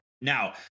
Now